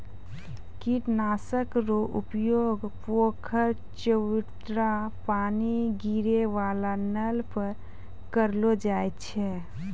कीट नाशक रो उपयोग पोखर, चवुटरा पानी गिरै वाला नल पर करलो जाय छै